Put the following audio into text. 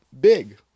big